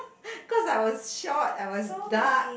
cause I was short I was dark